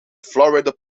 florida